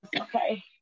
Okay